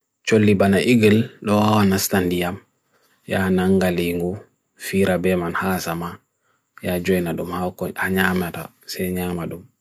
Birds heɓi fiinooko ngal ha sooya. ɓe sooya hokkita tawa.